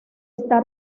está